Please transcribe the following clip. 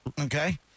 Okay